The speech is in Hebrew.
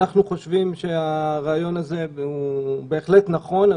אנחנו חושבים שהרעיון הזה הוא בהחלט נכון,